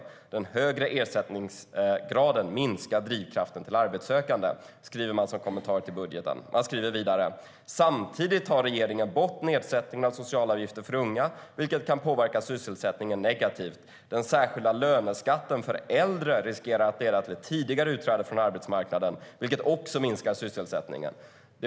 Den högre ersättningsgraden minskar drivkraften till arbetssökande. "Det skriver man som kommentarer till budgeten. Man skriver också: "Samtidigt tar regeringen bort nedsättningen av socialavgifter för unga, vilket kan påverka sysselsättningen negativt. Den särskilda löneskatten för äldre riskerar att leda till ett tidigare utträde från arbetsmarknaden, vilket också minskar sysselsättningen.